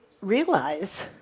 realize